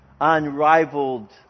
unrivaled